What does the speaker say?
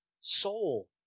soul